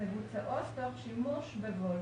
מבוצעות תוך שימוש ב-VoLTE.